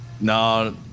no